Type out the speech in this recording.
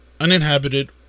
uninhabited